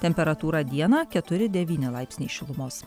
temperatūra dieną keturi devyni laipsniai šilumos